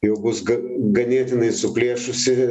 jau bus ga ganėtinai suplėšusi